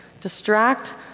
distract